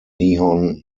nihon